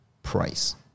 price